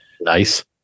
Nice